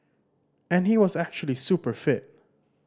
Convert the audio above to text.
and he was actually super fit